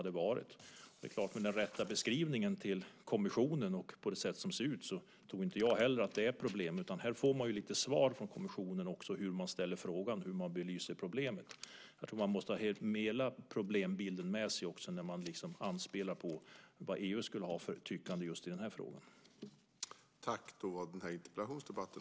Med den rätta beskrivningen till kommissionen och som det ser ut tror inte jag att det är problem. Man får också svar från kommissionen utifrån hur man ställer frågan, hur man belyser problemet. Jag tror att man måste ha hela problembilden med sig när man anspelar på vad EU skulle ha för tyckande just i den här frågan.